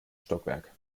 stockwerk